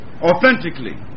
Authentically